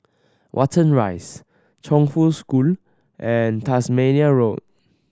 Watten Rise Chongfu School and Tasmania Road